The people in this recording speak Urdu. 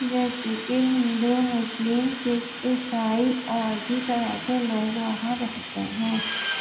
جیسے کہ ہندو مسلم سکھ عیسائی اور بھی طرح کے لوگ وہاں رہتے ہیں